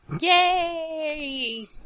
Yay